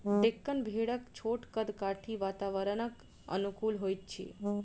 डेक्कन भेड़क छोट कद काठी वातावरणक अनुकूल होइत अछि